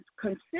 consider